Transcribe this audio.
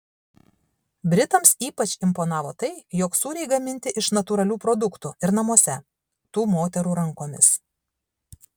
britams ypač imponavo tai jog sūriai gaminti iš natūralių produktų ir namuose tų moterų rankomis